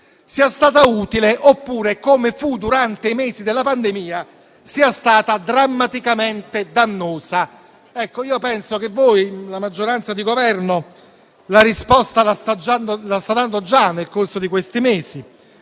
sia stata utile oppure - come fu durante i mesi della pandemia - sia stata drammaticamente dannosa. Penso che la maggioranza di Governo la risposta la stia dando già nel corso di questi mesi.